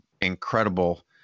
Incredible